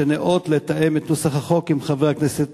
שניאות לתאם את נוסח החוק עם חבר הכנסת